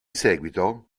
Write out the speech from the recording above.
seguito